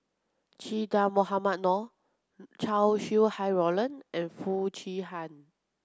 Che Dah Mohamed Noor Chow Sau Hai Roland and Foo Chee Han